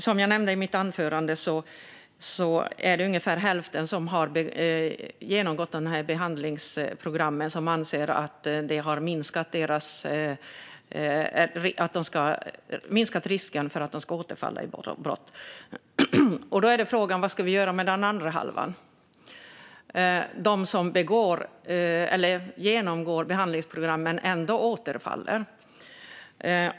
Som jag nämnde i mitt anförande är det ungefär hälften av dem som har genomgått dessa behandlingsprogram som anser att det har minskat risken för att de ska återfalla i brott. Då är frågan vad vi ska göra med den andra hälften, alltså de som genomgår behandlingsprogrammen men ändå återfaller.